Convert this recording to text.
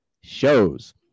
shows